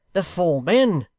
the four men